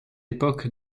époque